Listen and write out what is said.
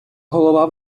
голова